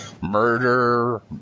Murder